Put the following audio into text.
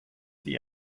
die